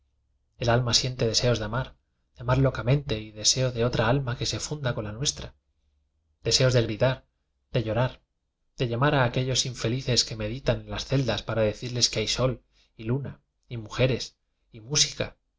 el alma siente deseos de amar de amar locamente y de seo de otra alma que se funda con la nuestra deseos de gritar de llorar de lla mar a aquellos infelices que meditan en las celdas para decirles que hay sol y luna y mujeres y música